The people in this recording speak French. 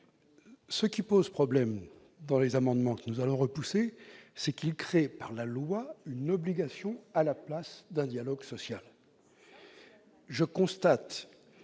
Ce qui pose problème avec ces amendements, que nous allons repousser, c'est qu'ils tendent à créer dans la loi une obligation à la place d'un dialogue social.